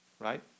Right